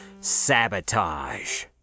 Sabotage